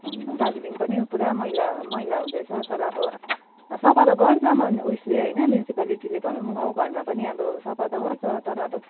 दार्जिलिङ पनि पुरा मैला मैला हुँदैछ तर अब सफा त गर्छ ऊ यसले हैन म्युनसिपालिटीले भनौँ गाउँघरमा पनि अब सफा त गर्छ तर अब